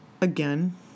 Again